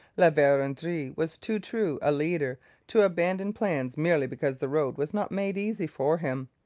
la verendrye was too true a leader to abandon plans merely because the road was not made easy for him.